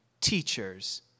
teachers